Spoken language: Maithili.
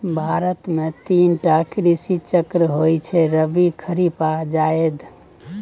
भारत मे तीन टा कृषि चक्र होइ छै रबी, खरीफ आ जाएद